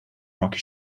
rocky